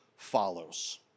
follows